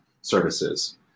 services